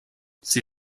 sie